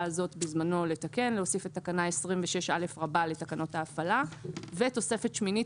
הזאת לתקן ולהוסיף את תקנה 26א לתקנות ההפעלה ותוספת שמינית